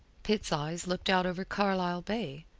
pitt's eyes looked out over carlisle bay,